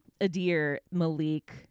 Adir-Malik